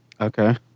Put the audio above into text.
Okay